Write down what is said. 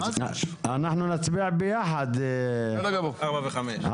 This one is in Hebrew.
אנחנו נצביע ביחד על הסתייגויות 4 ו-5.